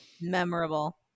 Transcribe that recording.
Memorable